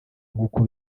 nk’uko